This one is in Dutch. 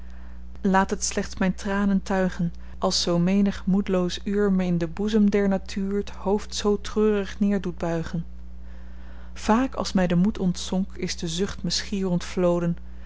laat het slechts myn tranen tuigen als zoo menig moed'loos uur me in den boezem der natuur t hoofd zoo treurig neer doet buigen vaak als my de moed ontzonk is de zucht